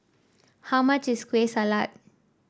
how much is Kueh Salat